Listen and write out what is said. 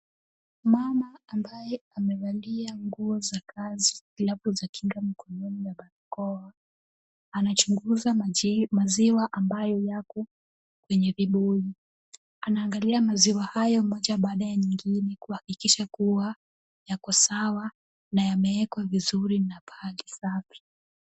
Mama ambaye amevalia nguo za kazi, glavu za kinga mkononi na barakoa anachunguza maziwa ambayo yako kwenye vibuyu . Anaangalia maziwa hayo moja baada ya nyingine kuhakikisha kuwa yako sawa na yamewekwa vizuri na paki safi.